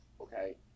okay